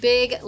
Big